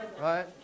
right